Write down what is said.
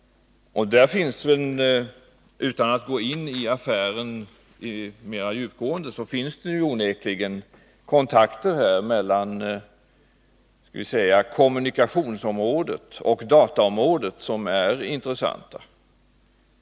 Och utan att gå in mer djupgående i den aktuella affären måste man väl säga att den onekligen innebär kontakter mellan kommunikationsområdet och dataområdet som är intressanta.